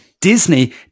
Disney